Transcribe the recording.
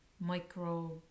micro